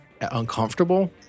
uncomfortable